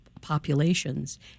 populations